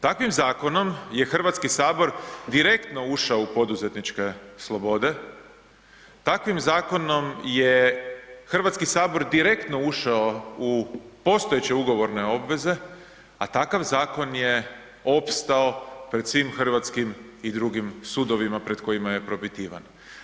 Takvim zakonom je Hrvatski sabor direktno ušao u poduzetničke slobode, takvim zakonom je Hrvatski sabor direktno ušao u postojeće ugovorne obveze, a takav zakon je opstao pred svim hrvatskim i drugim sudovima pred kojima je propitivan.